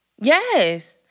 Yes